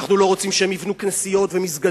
אנחנו לא רוצים שהם יבנו כנסיות ומסגדים,